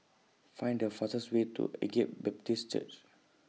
Find The fastest Way to Agape Baptist Church